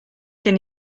gen